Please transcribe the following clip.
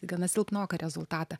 gana silpnoką rezultatą